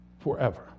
forever